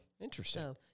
interesting